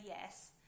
yes